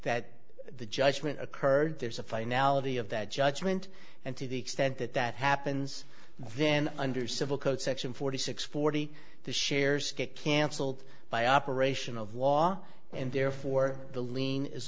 that the judgment occurred there's a finality of that judgment and to the extent that that happens then under civil code section forty six forty the shares get cancelled by operation of law and therefore the lien is